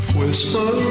whisper